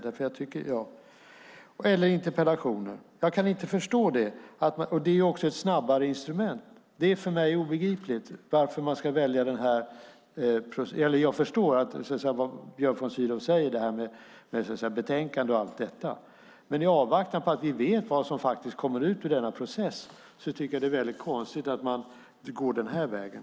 Man kan även använda sig av interpellationer, som också är ett snabbare instrument. Jag kan inte förstå det. Det är för mig obegripligt. Jag förstår vad Björn von Sydow säger om betänkandet och allt detta, men i avvaktan på att vi vet vad som faktiskt kommer ut ur denna process tycker jag att det är väldigt konstigt att man går den här vägen.